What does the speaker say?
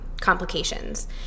complications